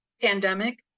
pandemic